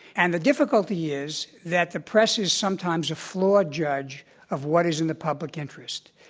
and the difficulty is that the press is sometimes a flawed judge of what is in the public interest.